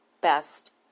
best